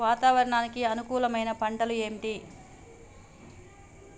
వాతావరణానికి అనుకూలమైన పంటలు ఏంటి?